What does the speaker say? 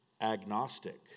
agnostic